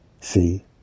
See